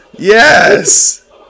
Yes